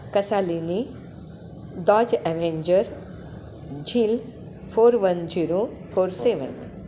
कसालिनी Dodge Avenger झील four one zero four सेवन